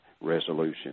resolution